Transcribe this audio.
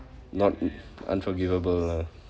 not unforgivable lah